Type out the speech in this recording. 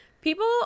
People